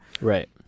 Right